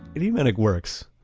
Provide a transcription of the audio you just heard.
idiomatic works!